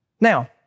Now